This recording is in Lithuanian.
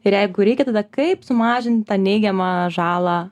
ir jeigu reikia tada kaip sumažint tą neigiamą žalą